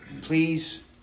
please